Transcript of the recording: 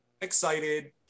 excited